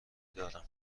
دارم